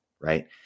right